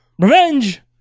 revenge